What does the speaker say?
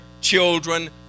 children